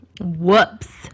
Whoops